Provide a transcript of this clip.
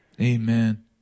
Amen